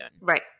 Right